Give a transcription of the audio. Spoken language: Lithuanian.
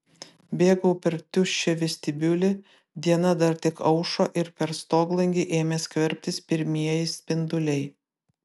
bėgau per tuščią vestibiulį diena dar tik aušo ir per stoglangį ėmė skverbtis pirmieji spinduliai